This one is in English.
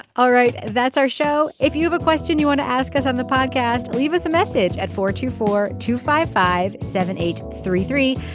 all right. that's our show. if you have a question you want to ask us on the podcast. leave us a message at four two four two five five seven eight three three.